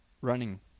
running